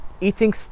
eating